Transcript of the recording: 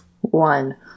One